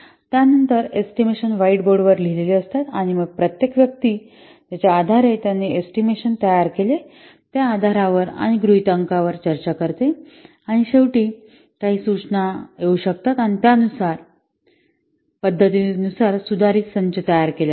त्यानंतर estimation white बोर्डवर लिहिलेले असतात आणि मग प्रत्येक व्यक्ती ज्याच्या आधारे त्यांनी एस्टिमेशन तयार केला त्या आधारावर आणि गृहीतकांवर चर्चा करते आणि शेवटी काही सूचना येऊ शकतात त्यानंतर पद्धतीनुसारसुधारित संच तयार केला जाईल